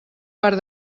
part